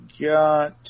got